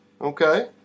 Okay